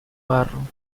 barro